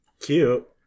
Cute